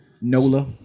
nola